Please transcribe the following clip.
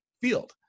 field